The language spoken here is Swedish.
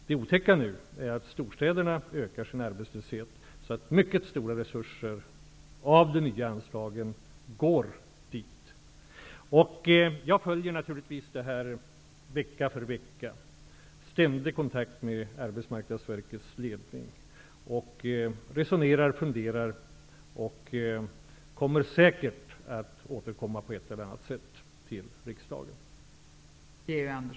Det otäcka är nu att arbetslösheten ökar i storstäderna, så att mycket stora resurser från de nya anslagen går dit. Jag följer naturligtvis detta vecka för vecka. Jag har ständiga kontakter med Arbetsmarknadsverkets ledning, och resonerar och funderar. Jag kommer säkert att återkomma till riksdagen på ett eller annat sätt.